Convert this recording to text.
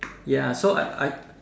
ya so I I